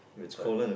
but